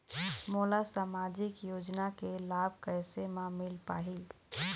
मोला सामाजिक योजना के लाभ कैसे म मिल पाही?